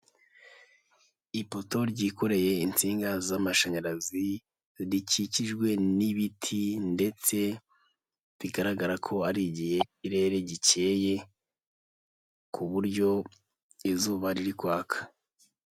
Ipoto ryikoreye insinga z'amashanyarazi, rikikijwe n'ibiti ndetse bigaragara ko ari igihe ikirere gikeye ku buryo izuba riri kwaka.